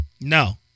No